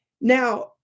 Now